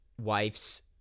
wife's